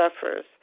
suffers